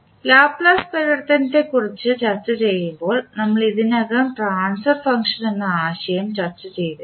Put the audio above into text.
Laplace പരിവർത്തനത്തെക്കുറിച്ച് ചർച്ചചെയ്യുമ്പോൾ നമ്മൾ ഇതിനകം ട്രാൻസ്ഫർ ഫംഗ്ഷൻ എന്ന് ആശയം ചർച്ച ചെയ്തിരുന്നു